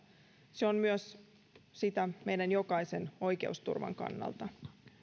se on sitä myös meidän jokaisen oikeusturvan kannalta